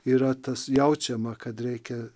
yra tas jaučiama kad reikia